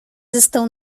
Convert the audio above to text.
estão